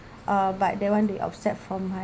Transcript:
uh but that one they offset from my